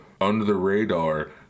under-the-radar